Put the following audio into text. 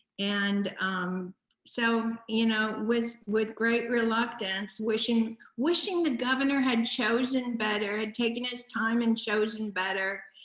and um so, you know with with great reluctance, wishing wishing the governor had chosen and better, had taken his time and chosen better,